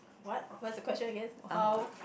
what what's the question again how